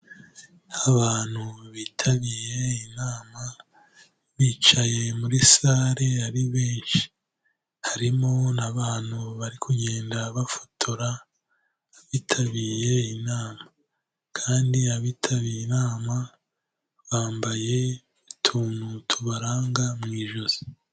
Abantu bitabiye inama bicaye muri salle ari benshi, harimo n'abantu bari kugenda bafotora abitabiye inama kandi abitabiye inama bambaye utuntu tubaranga mu ijosi.